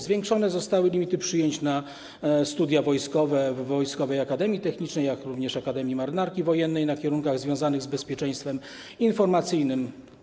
Zwiększone zostały limity przyjęć na studia wojskowe w Wojskowej Akademii Technicznej, jak również na Akademii Marynarki Wojennej na kierunkach związanych z bezpieczeństwem informacyjnym.